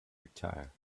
retire